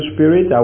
Spirit